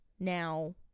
Now